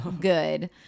Good